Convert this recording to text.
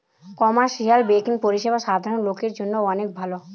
commercial banking পরিষেবা সাধারণ লোকের জন্য অনেক ভালো